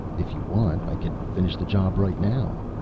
if you want, i can finish the job right now.